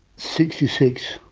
sixty-six.